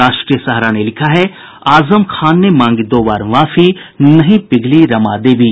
राष्ट्रीय सहारा ने लिखा है आजम खान ने मांगी दो बार माफी नहीं पिघली रमा देवी